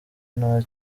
nta